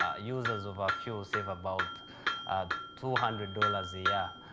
ah users of our fuel save about two hundred dollars a year,